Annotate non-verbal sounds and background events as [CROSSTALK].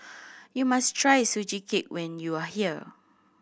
[NOISE] you must try Sugee Cake when you are here